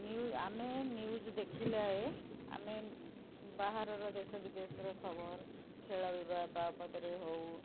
new ଆମେ news ଦେଖିଲେ ଆମେ ବାହାରର ଦେଶ ବିଦେଶର ଖବର ଖେଳ ବାବଦରେ ହେଉ